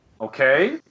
Okay